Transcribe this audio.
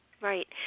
Right